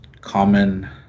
common